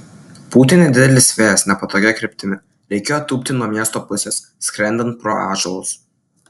pūtė nedidelis vėjas nepatogia kryptimi reikėjo tūpti nuo miesto pusės skrendant pro ąžuolus